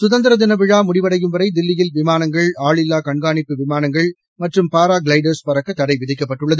சுதந்திர தின விழா முடிவடையும் வரை தில்லியில் விமானங்கள் ஆளில்லா கண்காணிப்பு விமானங்கள் மற்றும் பாரா க்ளைடர்கள் பறக்க தடை விதிக்கப்பட்டுள்ளது